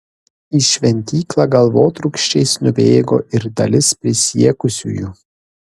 į šventyklą galvotrūkčiais nubėgo ir dalis prisiekusiųjų